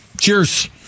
Cheers